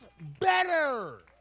better